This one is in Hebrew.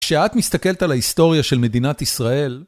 כשאת מסתכלת על ההיסטוריה של מדינת ישראל